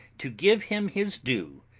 to give him his due,